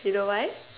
you know why